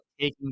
taking